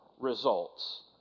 results